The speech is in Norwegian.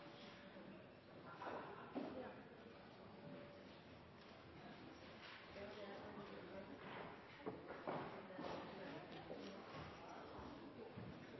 har tatt opp